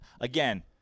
again